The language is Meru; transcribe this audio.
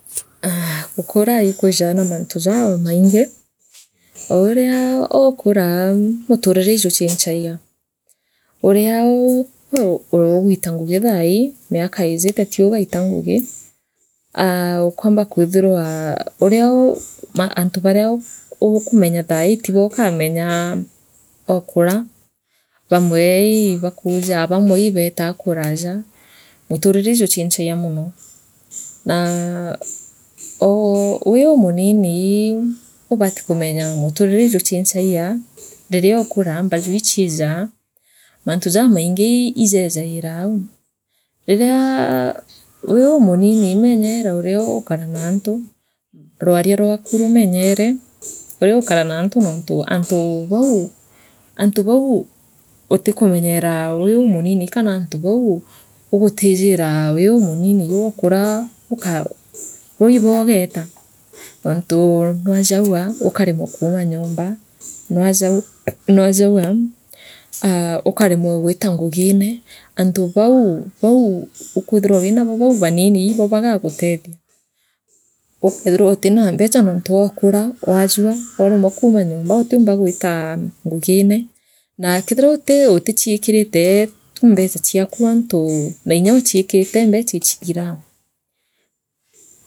Aa gukuraa ikwiijaa na mantu jamaingi aa oo uria waakura muturire ijuuchinchagia uria uu ugwita ngugi thaaii miaka iijite tiu ugaita ngugi aa ukoomba kwithirwa urioou antu baria ukumenya thaaii tibo ukamenya ookura baamwe ii baakajaabaamwe ii beetaa kuraja muturire ijuuchinchagia ririokuraa mbajua ichijaa mantu jamaingi ii iijejairaa riria wi uumunini menyeera urio ugukarania naantu rwaana rwaku rumenyere uria ukara naantu noontu antu bau antu bau utikumenyera wii umunini kana antu bau uguti jire wiumunini ookura ukoa boo iboo ugeeta nontuu nwajagua ukaremwa kuuma nyomba nwoajagua aa ukaremwa gwita ngugine antu bau bau ukwithirwa winako bau banini iboo bagagutethia uukethirwa utira mbecha antu ookura waajua waanemwa kuuma nyomba utiumba gwita ngugine naa keethirwa uti utichiikirite mbecha chiaku antu naa nya uchiikire mbecha ichithirea.